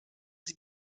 sie